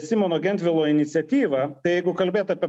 simono gentvilo iniciatyvą tai jeigu kalbėt apie